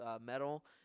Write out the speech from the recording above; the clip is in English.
metal